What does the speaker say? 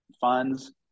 funds